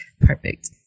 perfect